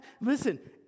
listen